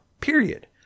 period